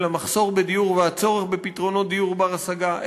של המחסור בדיור והצורך בפתרונות דיור בר-השגה.